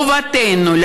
חובתנו,